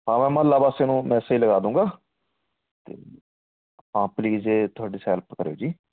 ਹਾਂ ਮੈਂ ਮੁਹੱਲਾ ਵਾਸੀਆਂ ਨੂੰ ਮੈਸਜ ਲਗਾ ਦਊਂਗਾ ਅਤੇ ਹਾਂ ਪਲੀਸ ਜੇ ਥੋੜ੍ਹੀ ਸ ਹੈਲਪ ਕਰਿਓ ਜੀ